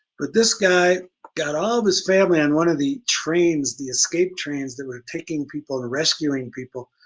but this guy got all of his family on one of the trains, the escape trains that were taking people and rescuing people.